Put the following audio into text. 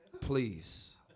please